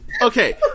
Okay